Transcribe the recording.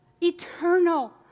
Eternal